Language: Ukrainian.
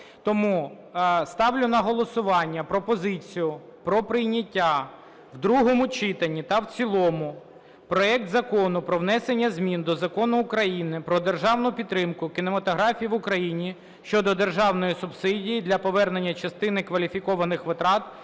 Тому ставлю на голосування пропозицію про прийняття в другому читанні та в цілому проект Закону про внесення змін до Закону України "Про державну підтримку кінематографії в Україні" щодо державної субсидії для повернення частини кваліфікованих витрат,